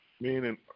meaning